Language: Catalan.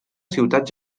ciutat